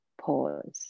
pause